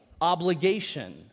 obligation